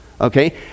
Okay